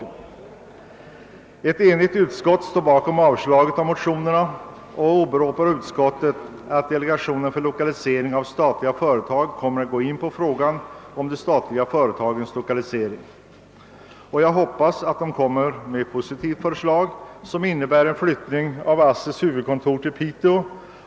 Det är ett enigt utskott som står bakom yrkandet om avslag på motionen. Utskottet åberopar att delegationen för lokalisering av statlig verksamhet kommer att gå in på frågan om de statliga företagens lokalisering. Jag hoppas att delegationen kommer att framlägga positiva förslag, d.v.s. förslag som innebär en flyttning av ASSI:s huvudkontor till Piteå.